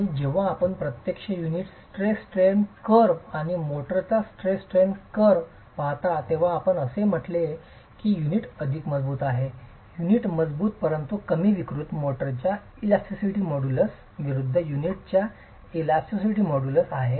आणि जेव्हा आपण प्रत्यक्ष युनिटचा स्ट्रेस स्ट्रेन कर्व आणि मोर्टारचा स्ट्रेस स्ट्रेन कर्व पाहता तेव्हा आपण असे म्हटले की युनिट अधिक मजबूत आहे युनिट मजबूत परंतु कमी विकृत मोर्टारच्या इलास्टिसिटी मोडुलुस विरूद्ध युनिटच्या इलास्टिसिटी मोडुलुस आहे